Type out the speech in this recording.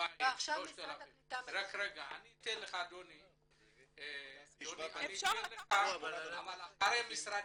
--- אני אתן לך לדבר יותר מאוחר.